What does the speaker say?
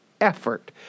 effort